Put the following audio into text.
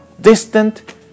distant